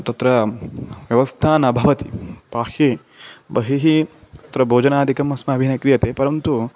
तत्र व्यवस्था न भवति पाहि बहिः तत्र भोजनादिकम् अस्माभिः न क्रियते परन्तु